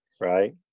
right